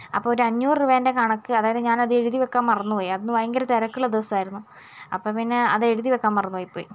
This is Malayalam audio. അപ്പോൾ ഒരു അഞ്ഞൂറ് രൂപേന്റെ കണക്ക് അതായത് ഞാൻ അത് എഴുതി വയ്ക്കാൻ മറന്നുപോയി അന്ന് ഭയങ്കര തിരക്കുള്ള ദിവസമായിരുന്നു അപ്പോൾപ്പിന്നെ അതെഴുതി വയ്ക്കാൻ മറന്നുപോയിപ്പോയി